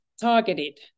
targeted